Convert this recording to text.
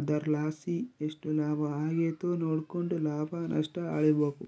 ಅದರ್ಲಾಸಿ ಎಷ್ಟು ಲಾಭ ಆಗೆತೆ ನೋಡ್ಕೆಂಡು ಲಾಭ ನಷ್ಟ ಅಳಿಬಕು